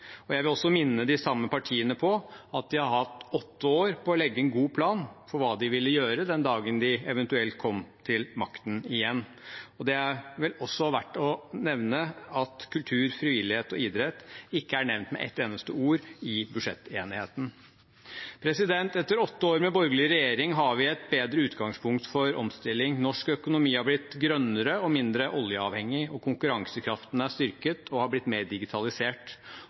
Jeg vil også minne de samme partiene på at de har hatt åtte år på å legge en god plan for hva de ville gjøre den dagen de eventuelt kom til makten igjen. Det er vel også verdt å nevne at kultur, frivillighet og idrett ikke er nevnt med ett eneste ord i budsjettenigheten. Etter åtte år med borgerlig regjering har vi et bedre utgangspunkt for omstilling. Norsk økonomi har blitt grønnere og mindre oljeavhengig, og konkurransekraften er styrket og har blitt mer digitalisert.